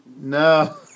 No